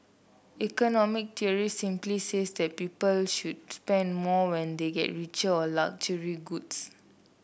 economic theory simply says that people should spend more when they get richer on luxury goods